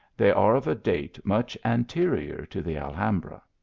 they are of a date much an terior to the alhambra.